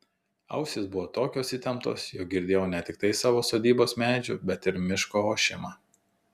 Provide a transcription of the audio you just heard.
ausys buvo tokios įtemptos jog girdėjau ne tiktai savo sodybos medžių bet ir miško ošimą